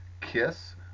Kiss